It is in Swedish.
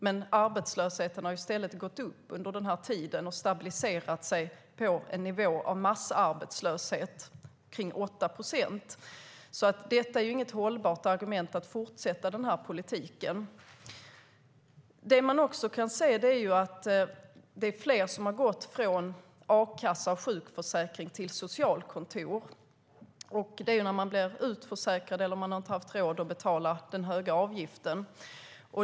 Men arbetslösheten har i stället gått upp under den här tiden och stabiliserat sig på en nivå av massarbetslöshet kring 8 procent. Detta är inget hållbart argument för att fortsätta den här politiken. Man kan också se att det är fler som har gått från a-kassa och sjukförsäkring till socialkontor. Det sker när man blir utförsäkrad eller inte har haft råd att betala den höga avgiften.